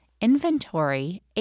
inventory